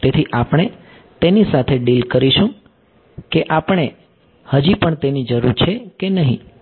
તેથી આપણે તેની સાથે ડીલ કરીશું કે આપણને હજી પણ તેની જરૂર છે કે નહીં